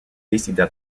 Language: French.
décida